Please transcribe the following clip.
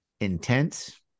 Intense